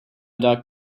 doug